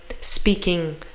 speaking